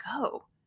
go